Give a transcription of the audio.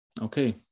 Okay